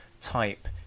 type